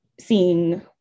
seeing